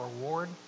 reward